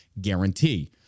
guarantee